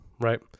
right